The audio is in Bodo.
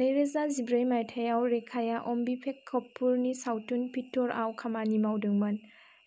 नै रोजा जिब्रै माइथाइयाव रेखाया अमभिपेक कपुरनि सावथुन फितुरआव खामानि मावदोंमोन